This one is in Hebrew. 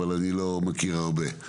אבל אני לא מכיר הרבה.